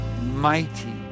mighty